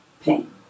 pain